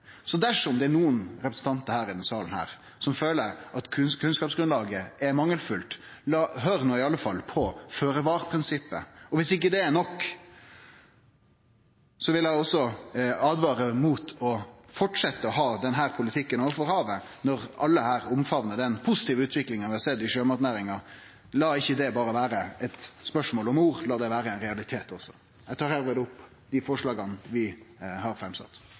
mangelfullt, bør dei i alle fall følgje føre-var-prinsippet. Og dersom det ikkje er nok, vil eg åtvare mot å halde fram med denne politikken når det gjeld havet, når alle her omfamnar den positive utviklinga vi har sett i sjømatnæringa. La det ikkje berre vere eit spørsmål om ord; la det vere ein realitet også! Eg tek hermed opp det forslaget vi har